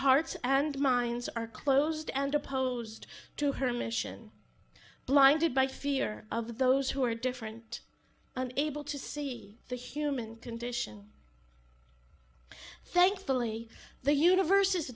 hearts and minds are closed and opposed to her mission blinded by fear of those who are different and able to see the human condition thankfully the universe is